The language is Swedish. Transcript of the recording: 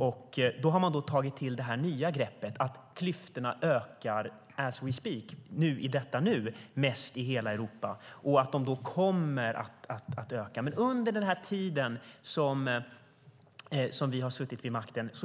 Då har Socialdemokraterna tagit till det nya greppet att klyftorna ökar as we speak, i detta nu, mest i hela Europa och att de kommer att öka. Men det